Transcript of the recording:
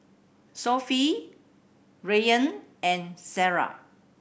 Sofea Rayyan and Sarah